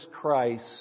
Christ